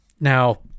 Now